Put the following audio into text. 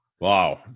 Wow